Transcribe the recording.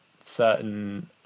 certain